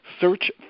search